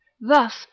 Thus